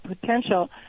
potential